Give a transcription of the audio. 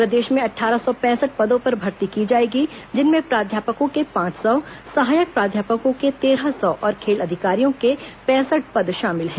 प्रदेश में अट्ठारह सौ पैंसठ पदों पर भर्ती की जाएगी जिनमें प्राध्यापकों के पांच सौ सहायक प्राध्यापकों के तेरह सौ और खेल अधिकारियों के पैंसठ पद शामिल हैं